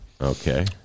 Okay